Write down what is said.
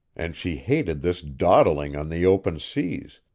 and she hated this dawdling on the open seas,